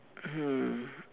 mm